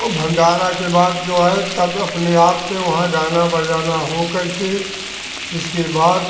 वो भण्डारा के बाद जो है तब अपने आप से वहाँ गाना बजाना हो करके इसके बाद